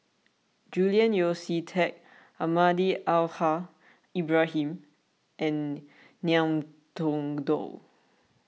Julian Yeo See Teck Almahdi Al Haj Ibrahim and Ngiam Tong Dow